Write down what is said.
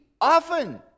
often